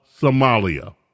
Somalia